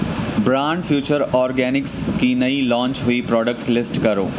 brand Future Organics کی نئی launch ہوئی پراڈکٹس لسٹ کرو